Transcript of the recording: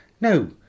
No